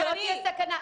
זו לא תהיה סכנה?